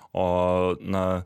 o na